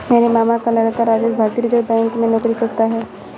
मेरे मामा का लड़का राजेश भारतीय रिजर्व बैंक में नौकरी करता है